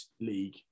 league